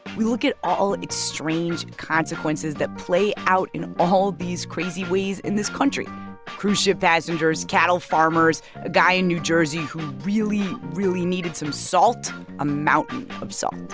we look at all its strange consequences that play out in all these crazy ways in this country cruise ship passengers, cattle farmers, a guy in new jersey who really, really needed some salt a mountain of salt